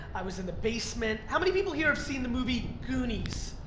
i was in the basement. how many people here have seen the movie goonies?